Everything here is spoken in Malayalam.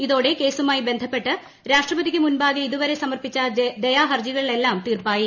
ഇതോടെ കേസുമായി ബന്ധപ്പെട്ട് രാഷ്ട്രപതിക്ക് മുമ്പാകെ ഇതുവരെ സമർപ്പിച്ച ദയാ ഹർജികളിലെല്ലാം തീർപ്പായി